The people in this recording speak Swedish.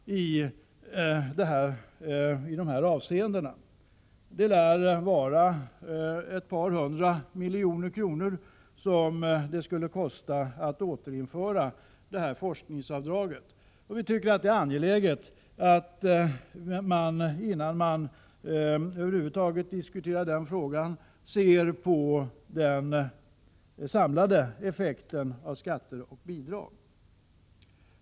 Att återinföra det här forskningsavdraget lär kosta ett par hundra miljoner kronor. Vi tycker att det, innan man över huvud taget diskuterar denna fråga, är angeläget att se på den samlade effekten av skatter och bidrag.